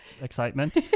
excitement